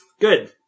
Good